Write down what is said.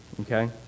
okay